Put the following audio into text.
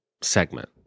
segment